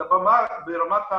אלא ברמת המיקרו,